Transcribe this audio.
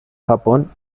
japón